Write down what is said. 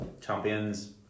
Champions